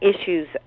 issues